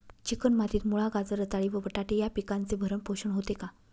Chicken मातीत मुळा, गाजर, रताळी व बटाटे या पिकांचे भरण पोषण होते का?